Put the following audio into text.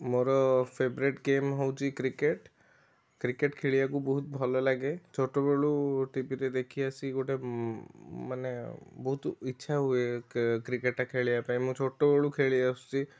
ମୋର favourite game ହେଉଛି cricket cricket ଖେଳିବାକୁ ବହୁତ ଭଲ ଲାଗେ ଛୋଟବେଳୁ ଟିଭିରେ ଦେଖି ଆସି ଗୋଟେ ମାନେ ବହୁତ ଇଛା ହୁଏ କି କ୍ରିକେଟ୍ ଟା ଖେଳିବା ପାଇଁ ମୁଁ ଛୋଟବେଳୁ ଖେଳି ଆସୁଛି